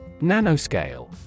Nanoscale